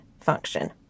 function